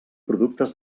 productes